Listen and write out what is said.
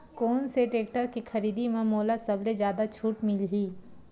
कोन से टेक्टर के खरीदी म मोला सबले जादा छुट मिलही?